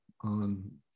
on